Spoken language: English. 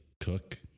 cook